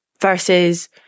versus